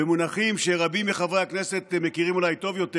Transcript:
במונחים שרבים מחברי הכנסת מכירים אולי טוב יותר,